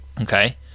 Okay